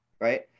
Right